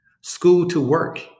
School-to-work